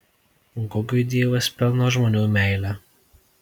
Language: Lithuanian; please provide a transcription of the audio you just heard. gugiui dievas pelno žmonių meilę